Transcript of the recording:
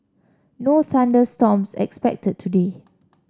no thunder storms expected today